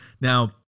Now